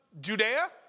Judea